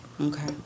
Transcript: Okay